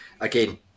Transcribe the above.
again